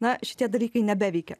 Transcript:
na šitie dalykai nebeveikia